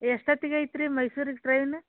ಎಷ್ಟೊತ್ತಿಗೆ ಐತ್ರೀ ಮೈಸೂರಿಗೆ ಟ್ರೈನು